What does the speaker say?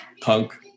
punk